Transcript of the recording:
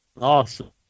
awesome